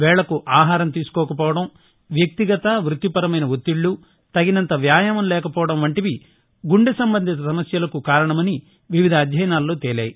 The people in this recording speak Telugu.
వేళకు ఆహారం తీసుకోకపోవడం వ్యక్తిగత పృత్తిపరమైన ఒత్తిళ్లు తగినంత వ్యాయామం లేకపోవడం వంటివి గుండె సంబంధిత సమస్యలకు కారణమని వివిధ అధ్యయనాల్లో తేలాయి